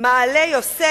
כן ירבו.